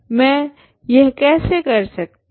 मैं यह कैसे कर सकती हूं